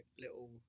little